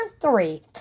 three